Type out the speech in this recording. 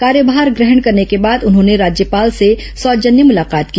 कार्यभार ग्रहण करने के बाद उन्होंने राज्यपाल से सौजन्य मुलाकात की